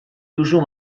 duzu